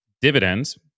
dividends